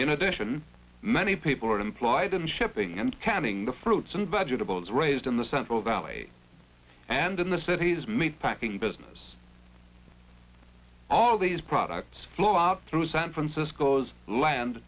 in addition many people are employed in shipping and canning the fruits and vegetables raised in the central valley and in the city's meatpacking business all these products flow up through san francisco's land